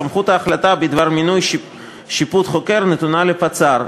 סמכות ההחלטה בדבר מינוי שופט חוקר נתונה לפצ"ר,